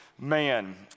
man